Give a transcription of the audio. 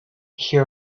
hear